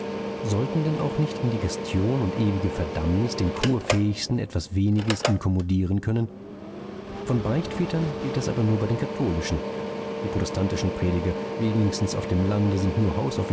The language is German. sollten denn auch nicht indigestion und ewige verdammnis den courfähigsten etwas weniges inkommodieren können von beichtvätern gilt das aber nur bei den katholischen die protestantischen prediger wenigstens auf dem lande sind nur